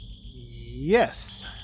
Yes